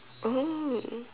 oh